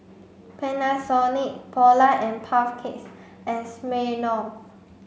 Panasonic Polar and Puff Cakes and Smirnoff